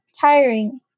tiring